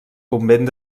convent